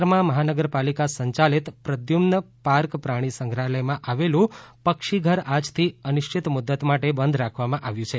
શહેરમાં મહાનગરપાલિકા સંચાલિત પ્રદ્યુમન પાર્ક પ્રાણી સંગ્રહાલયમાં આવેલું પક્ષીઘર આજથી અનિશ્ચિત મુદત માટે બંધ કરવામાં આવ્યું છે